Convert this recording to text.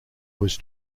was